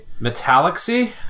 Metalaxy